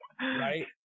Right